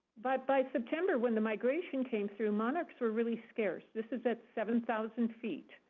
but by september, when the migration came through, monarchs were really scarce. this is at seven thousand feet.